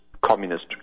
communist